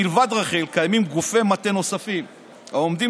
מלבד רח"ל קיימים גופי מטה נוספים העומדים